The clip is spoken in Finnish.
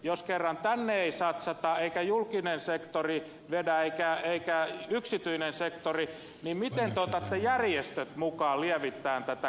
jos kerran tänne ei satsata eikä julkinen sektori vedä eikä yksityinen sektori niin miten te otatte järjestöt mukaan lievittämään tätä kurjuutta